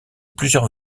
plusieurs